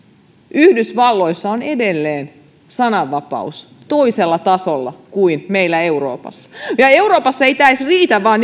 yhdysvalloissa on edelleen sananvapaus toisella tasolla kuin meillä euroopassa euroopassa ei tämä edes riitä vaan